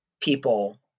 people